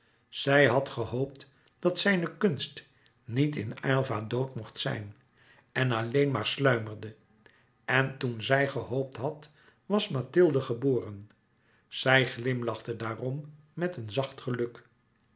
zij had gehoopt dat zijne kunst niet in louis couperus metamorfoze aylva dood mocht zijn en alleen maar sluimerde en toen zij gehoopt had was mathilde geboren zij glimlachte daarom met een zacht geluk